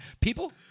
People